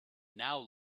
now